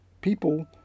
people